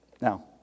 Now